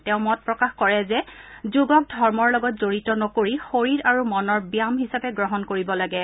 তেওঁ মত প্ৰকাশ কৰে যে যোগক ধৰ্মৰ লগত জড়িত নকৰি শৰীৰ আৰু মনৰ ব্যায়াম হিচাপে গ্ৰহণ কৰিব লাগে